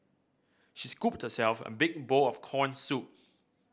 she scooped herself a big bowl of corn soup